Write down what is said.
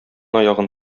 аягын